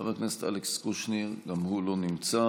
חבר הכנסת אלכס קושניר, גם הוא לא נמצא,